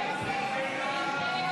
סעיף 09,